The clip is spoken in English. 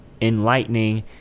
enlightening